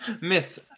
Miss